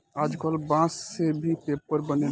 आजकल बांस से भी पेपर बनेला